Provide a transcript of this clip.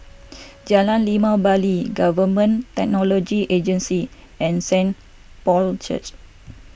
Jalan Limau Bali Government Technology Agency and Saint Paul's Church